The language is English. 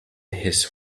his